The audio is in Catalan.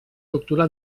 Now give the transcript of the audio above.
doctorà